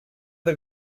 the